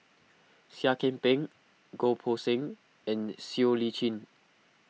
Seah Kian Peng Goh Poh Seng and Siow Lee Chin